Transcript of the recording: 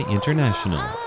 International